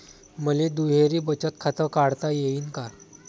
मले दुहेरी बचत खातं काढता येईन का?